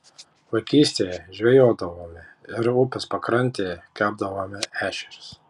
vaikystėje žvejodavome ir upės pakrantėje kepdavome ešerius